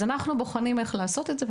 אז אנחנו בוחנים איך לעשות את זה,